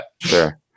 sure